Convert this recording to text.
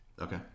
Okay